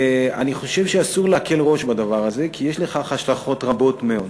אני חושב שאסור להקל ראש בדבר הזה כי יש לכך השלכות רבות מאוד.